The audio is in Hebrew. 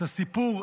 את הסיפור,